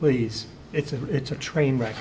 please it's a it's a trainwreck